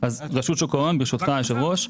אז רשות שוק ההון, ברשותך יושב הראש.